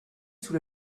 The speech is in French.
sous